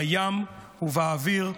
בים ובאוויר,